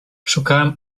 szukałem